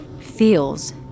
feels